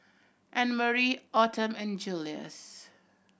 Annmarie Autumn and Julius